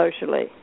socially